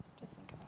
to think